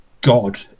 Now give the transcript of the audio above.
God